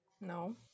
No